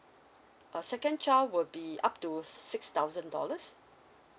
a second child would be up to six thousand dollars